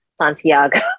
Santiago